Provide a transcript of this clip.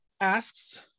asks